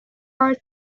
are